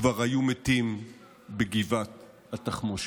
כבר היו מתים בגבעת התחמושת.